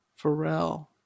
Pharrell